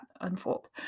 unfold